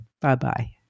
Bye-bye